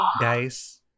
guys